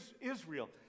Israel